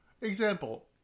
Example